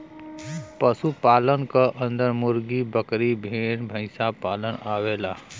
पशु पालन क अन्दर मुर्गी, बकरी, भेड़, भईसपालन आवेला